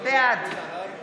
בעד